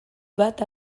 bat